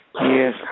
Yes